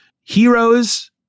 heroes